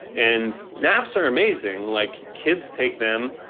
and naps are amazing, like kids take them.